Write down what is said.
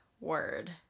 word